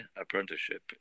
apprenticeship